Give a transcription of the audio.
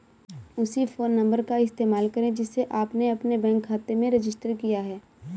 उसी phone number का इस्तेमाल करें जिसे आपने अपने बैंक खाते में रजिस्टर किया है